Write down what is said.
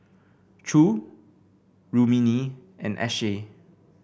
Choor Rukmini and Akshay